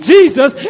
Jesus